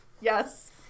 Yes